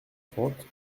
trente